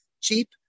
cheap